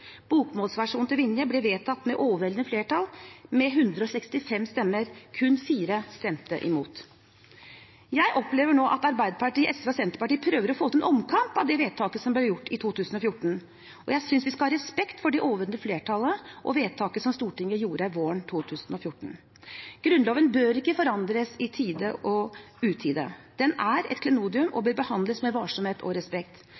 til Vinje ble vedtatt med overveldende flertall, med 165 stemmer. Kun 4 stemte imot. Jeg opplever at Arbeiderpartiet, SV og Senterpartiet prøver å få til en omkamp av det vedtaket som ble gjort i 2014. Jeg synes vi skal ha respekt for det overveldende flertallet og vedtaket som Stortinget gjorde våren 2014. Grunnloven bør ikke forandres i tide og utide. Den er et klenodium og bør behandles med varsomhet og respekt.